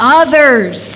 others